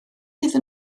iddyn